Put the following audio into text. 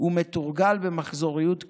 ומתורגל במחזוריות גבוהה.